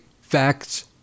facts